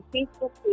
Facebook